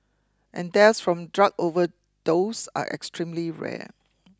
and deaths from drug overdose are extremely rare